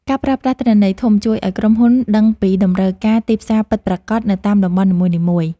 ការប្រើប្រាស់ទិន្នន័យធំ ជួយឱ្យក្រុមហ៊ុនដឹងពីតម្រូវការទីផ្សារពិតប្រាកដនៅតាមតំបន់នីមួយៗ។